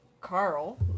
Carl